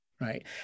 right